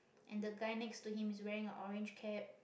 and the guy next to him is wearing a orange cap